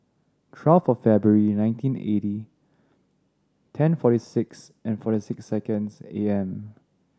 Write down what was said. twelve of February nineteen eighty ten forty six forty six seconds A M